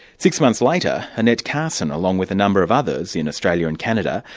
six months later, annette carson, along with a number of others in australia and canada,